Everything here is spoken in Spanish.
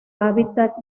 hábitat